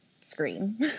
screen